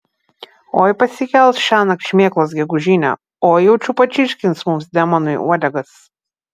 oi pasikels šiąnakt šmėklos gegužinę oi jaučiu pačirškins mums demonai uodegas